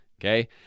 Okay